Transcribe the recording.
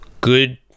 good